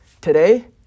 Today